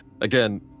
Again